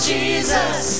Jesus